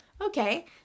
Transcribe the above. Okay